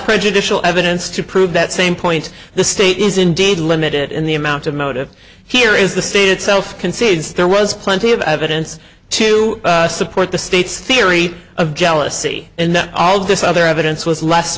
prejudicial evidence to prove that same point the state is indeed limited in the amount of motive here is the state itself concedes there was plenty of evidence to support the state's theory of jealousy and all this other evidence was less